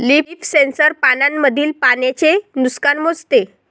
leaf sensor पानांमधील पाण्याचे नुकसान मोजते